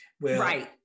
Right